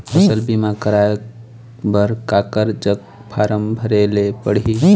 फसल बीमा कराए बर काकर जग फारम भरेले पड़ही?